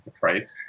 right